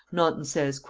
naunton says,